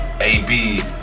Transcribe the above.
AB